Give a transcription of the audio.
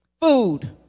Food